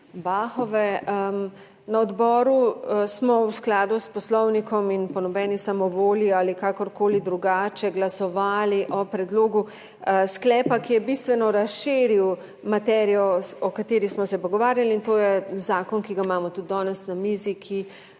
Bahove. Na odboru smo v skladu s poslovnikom in po nobeni samovolji ali kakorkoli drugače glasovali o predlogu sklepa, ki je bistveno razširil materijo, o kateri smo se pogovarjali, in to je zakon, ki ga imamo tudi danes na mizi, ki